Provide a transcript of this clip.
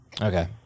Okay